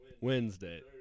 wednesday